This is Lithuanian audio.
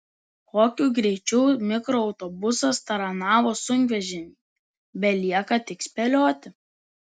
kokiu greičiu mikroautobusas taranavo sunkvežimį belieka tik spėlioti